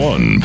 One